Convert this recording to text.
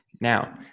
Now